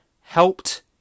helped